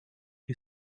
you